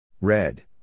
Red